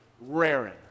raring